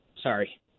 sorry